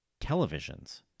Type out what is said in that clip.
televisions